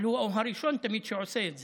אבל הוא תמיד הראשון שעושה את זה.